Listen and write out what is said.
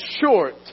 short